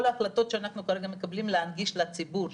ההחלטות שאנחנו כרגע מקבלים להנגיש לציבור,